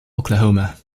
oklahoma